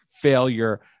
failure